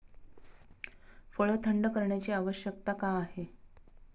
फळ थंड करण्याची आवश्यकता का आहे?